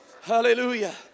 Hallelujah